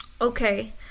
Okay